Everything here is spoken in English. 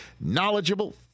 knowledgeable